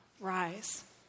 rise